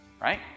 right